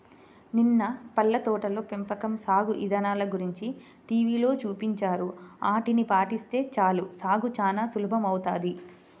నిన్న పళ్ళ తోటల పెంపకం సాగు ఇదానల గురించి టీవీలో చూపించారు, ఆటిని పాటిస్తే చాలు సాగు చానా సులభమౌతది